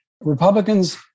Republicans